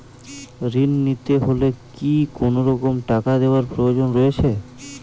ঋণ নিতে হলে কি কোনরকম টাকা দেওয়ার প্রয়োজন রয়েছে?